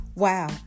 Wow